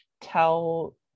tell